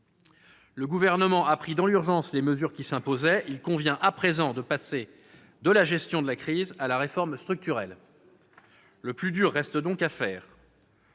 Le Gouvernement a pris dans l'urgence les mesures qui s'imposaient. Il convient à présent de passer de la gestion de crise à la réforme structurelle. Le plus dur reste donc à faire.